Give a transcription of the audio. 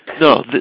no